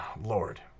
Lord